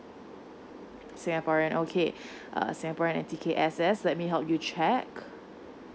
singaporean okay err singaporean T_K_S_S let me help you to check